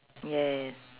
yes